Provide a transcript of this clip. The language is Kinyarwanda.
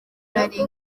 nari